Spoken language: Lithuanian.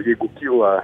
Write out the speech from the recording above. jeigu kyla